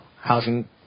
Housing